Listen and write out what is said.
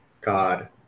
God